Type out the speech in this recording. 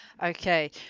Okay